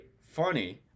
funny